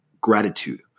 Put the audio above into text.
Gratitude